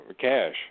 cash